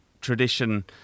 tradition